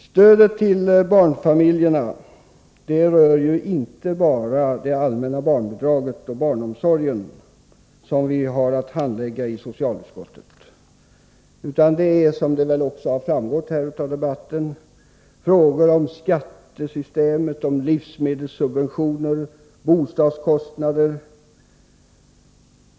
Stödet till barnfamiljerna rör inte bara det allmänna barnbidraget och barnomsorgen, som vi har att handlägga i socialutskottet, utan det omfattar — såsom också framgått av debatten — frågor om skattesystemet, livsmedelssubventionerna, bostadskostnaderna osv.